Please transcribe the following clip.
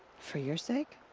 for your sake.